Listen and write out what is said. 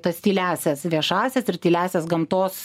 tas tyliąsias viešąsias ir tyliąsias gamtos